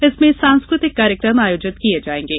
इसमें सांस्कृतिक कार्यक्रम आयोजित किये जायेंगे